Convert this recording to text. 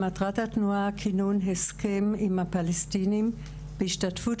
מטרת התנועה כינון הסכם עם הפלסטינים בהשתתפות